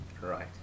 Right